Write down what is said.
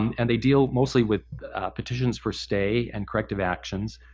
and and they deal mostly with petitions for stay and corrective actions.